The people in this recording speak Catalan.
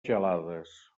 gelades